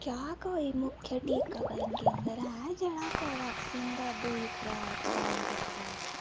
क्या कोई मुख्य टीकाकरण केंदर ऐ जेह्ड़ा कोवैक्सीन दा दूई खराक प्रदान करदा ऐ